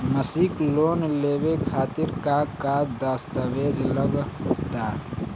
मसीक लोन लेवे खातिर का का दास्तावेज लग ता?